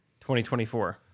2024